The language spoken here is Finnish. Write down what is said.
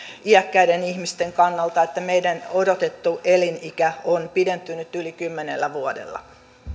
iäkkäiden ihmisten kannalta että meidän odotettu elinikämme on pidentynyt yli kymmenellä vuodella arvoisa